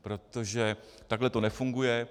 Protože takhle to nefunguje.